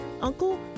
uncle